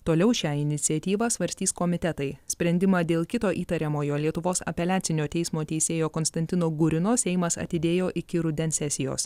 toliau šią iniciatyvą svarstys komitetai sprendimą dėl kito įtariamojo lietuvos apeliacinio teismo teisėjo konstantino gurino seimas atidėjo iki rudens sesijos